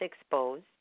exposed